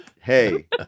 Hey